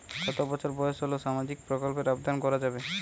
কত বছর বয়স হলে সামাজিক প্রকল্পর আবেদন করযাবে?